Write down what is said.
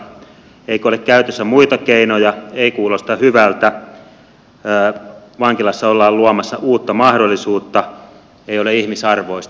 eikö ole käytössä muita keinoja ei kuulosta hyvältä vankilassa ollaan luomassa uutta mahdollisuutta ei ole ihmisarvoista